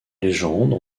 légendes